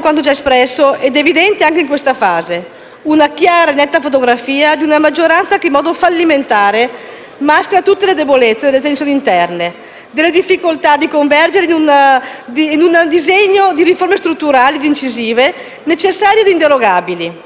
quanto già espresso, evidente anche in questa fase: una chiara e netta fotografia di una maggioranza che in modo fallimentare maschera tutte le debolezze delle tensioni interne, della difficoltà di convergere in un disegno di riforme strutturali ed incisive, necessarie ed inderogabili.